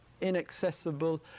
inaccessible